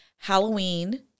Halloween